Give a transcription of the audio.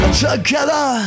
together